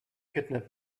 kidnap